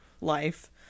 life